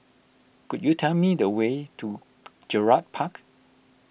could you tell me the way to Gerald Park